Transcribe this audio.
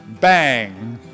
Bang